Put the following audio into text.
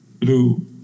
blue